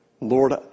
Lord